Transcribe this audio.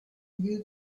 you